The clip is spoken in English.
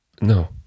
No